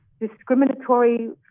discriminatory